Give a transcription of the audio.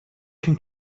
can